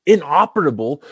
Inoperable